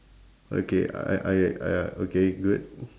okay I I I okay good